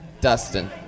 Dustin